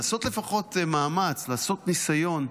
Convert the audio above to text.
לעשות לפחות מאמץ, לעשות ניסיון,